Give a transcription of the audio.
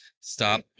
Stop